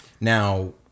Now